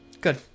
Good